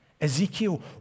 Ezekiel